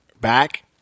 back